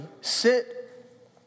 sit